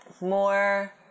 more